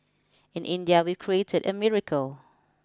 in India we've created a miracle